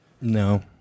No